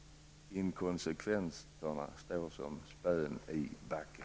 Inkonsekvensen står som spön i backen!